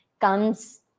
comes